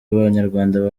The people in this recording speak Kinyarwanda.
abanyarwanda